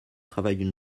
travaillent